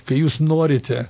kai jūs norite